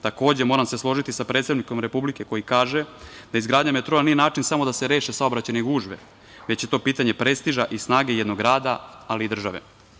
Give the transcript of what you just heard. Takođe, moram se složiti sa predsednikom Republike, koji kaže da izgradnja metroa nije način samo da se reše saobraćajne gužve, već je to pitanje prestiža i snage jednog grada, ali i države.